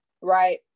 right